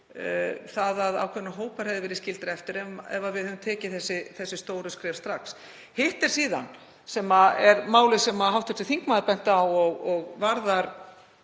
það að ákveðnir hópar hefðu verið skildir eftir ef við hefðum tekið þessi stóru skref strax. Hitt er síðan málið sem hv. þingmaður benti á og varðar